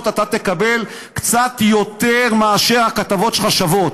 אתה תקבל קצת יותר מאשר הכתבות שלך שוות.